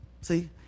See